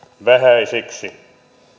vähäisiksi